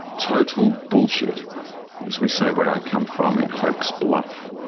total bullshit as we say where i come from in hoax bluff.